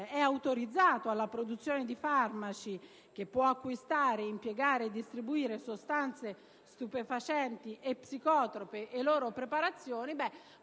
è autorizzato alla produzione di farmaci e può acquistare, impiegare e distribuire sostanze stupefacenti e psicotrope e loro preparazioni.